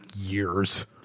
years